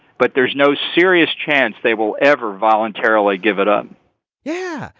but there's no serious chance they will ever voluntarily give it up yeah,